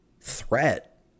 threat